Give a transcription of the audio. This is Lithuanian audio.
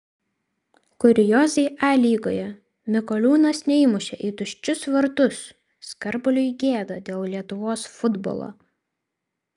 kuriozai a lygoje mikoliūnas neįmušė į tuščius vartus skarbaliui gėda dėl lietuvos futbolo